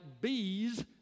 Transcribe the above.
bees